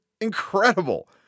incredible